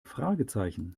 fragezeichen